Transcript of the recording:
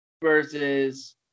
versus